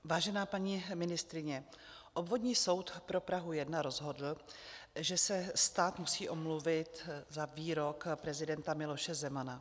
Vážená paní ministryně, Obvodní soud pro Prahu 1 rozhodl, že se stát musí omluvit za výrok prezidenta Miloše Zemana.